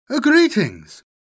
Greetings